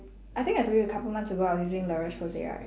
I think I told you a couple months ago I was using la roche posay right